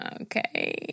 Okay